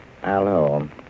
Hello